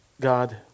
God